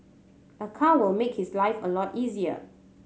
a car will make his life a lot easier